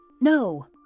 no